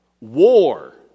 war